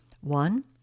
One